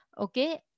Okay